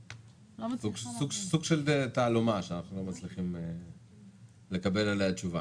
זה סוג של תעלומה שאנחנו לא מצליחים לקבל עליה תשובה.